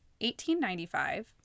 1895